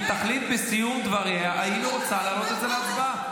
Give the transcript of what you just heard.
היא תחליט בסיום דבריה אם היא רוצה להעלות את זה להצבעה.